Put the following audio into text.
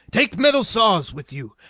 take metal-saws with you.